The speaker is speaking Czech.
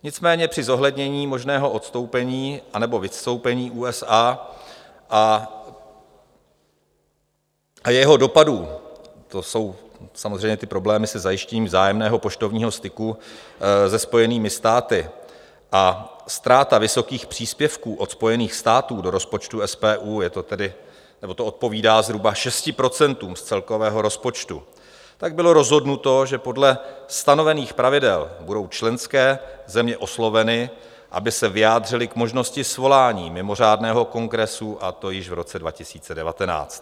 Nicméně při zohlednění možného odstoupení anebo vystoupení USA a jeho dopadů, to jsou samozřejmě ty problémy se zajištěním vzájemného poštovního styku se Spojenými státy a ztráta vysokých příspěvků od Spojených států do rozpočtu SPU, to odpovídá zhruba 6 % z celkového rozpočtu, tak bylo rozhodnuto, že podle stanovených pravidel budou členské země osloveny, aby se vyjádřily k možnosti svolání mimořádného kongresu, a to již v roce 2019.